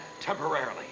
temporarily